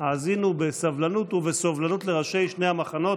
האזינו בסבלנות ובסובלנות לראשי שני המחנות.